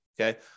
Okay